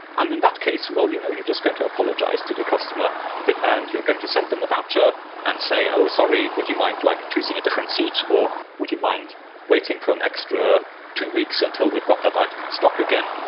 and in that case, you're you know just going to apologize to the customer but ah and you're going to send them a voucher and say, oh, sorry. would you mind like choosing a different seat, or would you mind waiting for an extra two weeks until we've got that item in stock again?